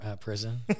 prison